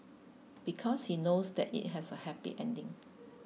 because he knows that it has a happy ending